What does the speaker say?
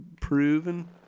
proven